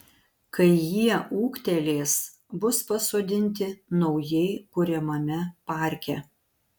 kai jie ūgtelės bus pasodinti naujai kuriamame parke